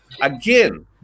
Again